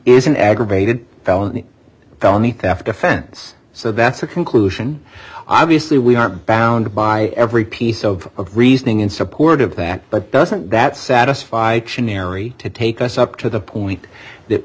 an aggravated felony felony theft offense so that's a conclusion obviously we are bound by every piece of reasoning in support of that but doesn't that satisfy canary to take us up to the point th